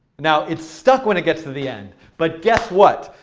now it's stuck when it gets to the end. but guess what?